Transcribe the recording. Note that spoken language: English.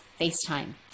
FaceTime